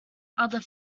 other